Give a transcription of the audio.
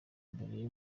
imbere